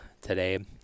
today